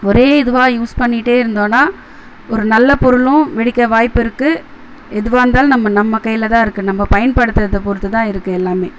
ஒரே இதுவாக யூஸ் பண்ணிக்கிட்டே இருந்தோனா ஒரு நல்ல பொருளும் வெடிக்க வாய்ப்பு இருக்குது எதுவாக இருந்தாலும் நம்ம நம்ம கையில தான் இருக்குது நம்ம பயன்ப்படுத்துகிறத பொறுத்து தான் இருக்குது எல்லாமே